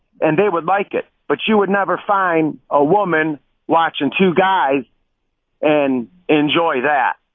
and they would like it. but you would never find a woman watching two guys and enjoy that.